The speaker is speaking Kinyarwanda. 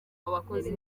abakozi